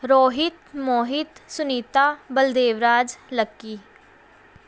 Rohit Mohit Sunita Baldev Raj Lucky